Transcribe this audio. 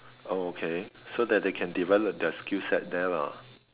oh okay so that they can develop their skill set there lah